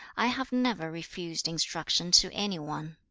i have never refused instruction to any one